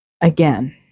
Again